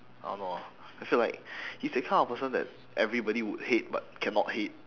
I don't know I feel like he's that kind of person that everybody would hate but cannot hate